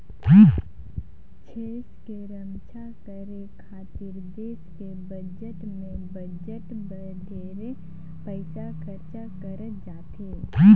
छेस के रम्छा करे खातिर देस के बजट में बजट बर ढेरे पइसा खरचा करत जाथे